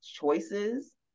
choices